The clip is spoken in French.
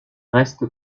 reste